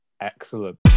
Excellent